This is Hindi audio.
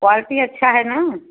क्वालिटी अच्छा है ना